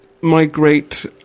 migrate